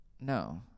No